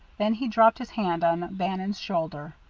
then he dropped his hand on bannon's shoulder.